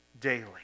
daily